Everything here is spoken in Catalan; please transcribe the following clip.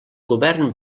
govern